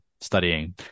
studying